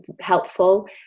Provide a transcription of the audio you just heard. helpful